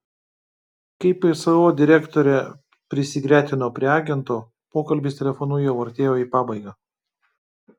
kai pso direktorė prisigretino prie agento pokalbis telefonu jau artėjo į pabaigą